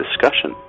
discussion